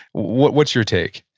what's your take?